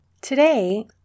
Today